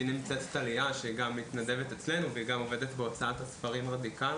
איתי נמצאת טליה שגם מתנדבת אצלנו והיא גם עובדת בהוצאת הספרים "רדיקל",